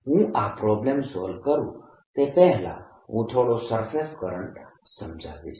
હું આ problem solve કરું તે પહેલાં હું થોડો સરફેસ કરંટ સમજાવીશ